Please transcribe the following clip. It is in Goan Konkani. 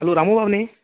हॅलो रामूबाब न्ही